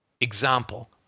example